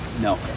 no